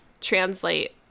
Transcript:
translate